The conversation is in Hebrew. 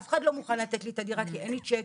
אף אחד לא מוכן לתת לי להיכנס לדירה שלו כי אין לי שיקים,